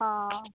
ହଁ